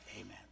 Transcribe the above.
amen